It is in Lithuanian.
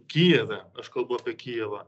kijeve aš kalbu apie kijevą